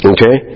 Okay